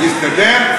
מסתדר?